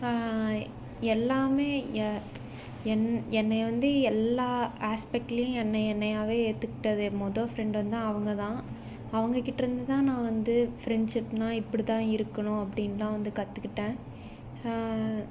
எல்லாமே எ என் என்னைய வந்து எல்லா ஆஸ்பெக்ட்லையும் என்னை என்னையாகவே ஏற்றுக்கிட்டது என் முத ஃப்ரெண்டு வந்து அவங்க தான் அவங்கக்கிட்டருந்து தான் நான் வந்து ஃப்ரெண்ட்ஷிப்னால் இப்படி தான் இருக்கணும் அப்படின்லாம் வந்து கற்றுக்கிட்டேன்